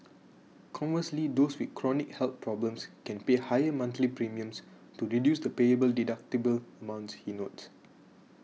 conversely those with chronic health problems can pay higher monthly premiums to reduce the payable deductible amounts he notes